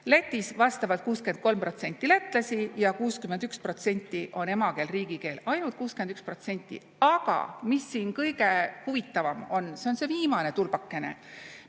Lätis vastavalt 63% lätlasi ja 61% on emakeel riigikeel. Ainult 61%! Aga mis siin kõige huvitavam on: see on see viimane tulbakene,